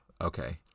okay